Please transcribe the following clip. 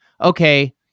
okay